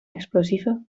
explosieven